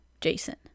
jason